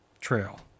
trail